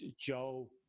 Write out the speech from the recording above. Joe